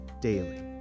daily